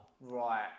right